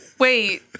Wait